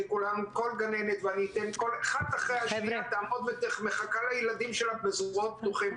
כי כל גננת אחת אחרי השנייה מחכה לילדים שלה בזרועות פתוחות.